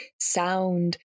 sound